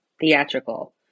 theatrical